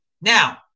Now